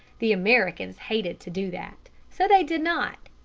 the americans hated to do that, so they did not.